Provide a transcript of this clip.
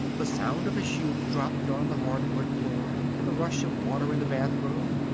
the sound of a shoe dropped on the hardwood floor, the rush of water in the bathroom,